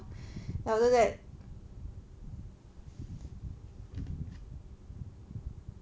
after that